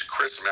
Chris